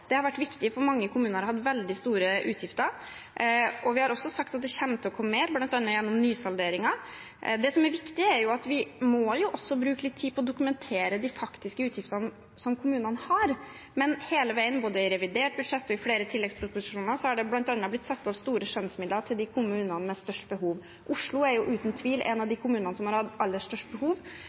Det har vært viktig, for mange kommuner har hatt veldig store utgifter. Vi har også sagt at det kommer til å komme mer, bl.a. gjennom nysalderingen. Det som er viktig, er at vi også må bruke litt tid på å dokumentere de faktiske utgiftene som kommunene har. Men hele veien, både i revidert budsjett og i flere tilleggsproposisjoner, har det bl.a. blitt satt av store skjønnsmidler til kommunene med størst behov. Oslo er uten tvil en av de kommunene som har hatt aller størst behov.